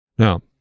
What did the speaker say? Now